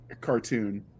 cartoon